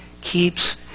keeps